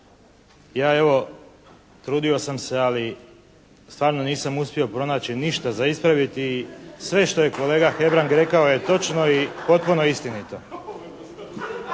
Je evo, trudio sam se, ali stvarno nisam uspio pronaći ništa za ispraviti. Sve što je kolega Hebrang rekao je točno i potpuno istinito.